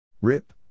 Rip